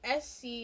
SC